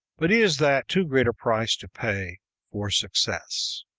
but is that too great a price to pay for success?